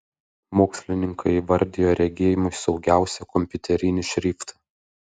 mokslininkai įvardijo regėjimui saugiausią kompiuterinį šriftą